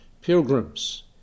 pilgrims